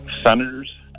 senators